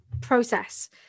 process